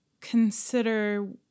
consider